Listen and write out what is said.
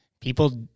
people